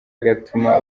agatuma